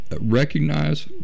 recognize